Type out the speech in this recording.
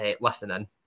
listening